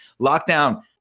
Lockdown